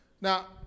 Now